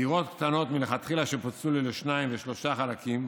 בדירות קטנות מלכתחילה שפוצלו לשניים ושלושה חלקים,